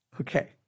Okay